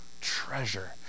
treasure